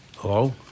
Hello